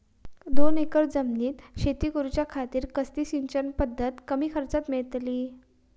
दोन एकर जमिनीत शेती करूच्या खातीर कसली सिंचन पध्दत कमी खर्चात मेलतली?